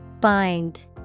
bind